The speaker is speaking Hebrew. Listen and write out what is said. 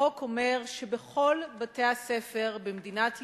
החוק אומר שבכל בתי-הספר במדינת ישראל,